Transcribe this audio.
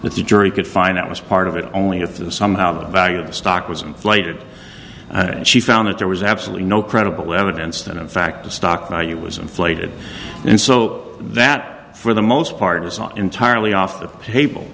the jury could find out was part of it only if this somehow the value of the stock was inflated and she found that there was absolutely no credible evidence that in fact the stock value was inflated and so that for the most part it's not entirely off the table